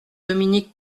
dominique